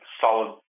solid